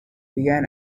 began